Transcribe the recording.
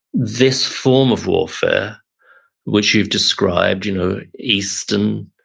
this form of warfare which you've described you know eastern,